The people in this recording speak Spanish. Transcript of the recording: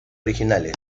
originales